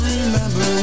Remember